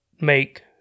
make